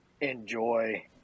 enjoy